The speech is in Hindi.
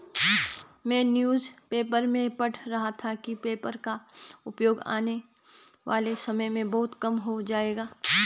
मैं न्यूज़ पेपर में पढ़ रहा था कि पेपर का उपयोग आने वाले समय में बहुत कम हो जाएगा